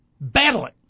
battling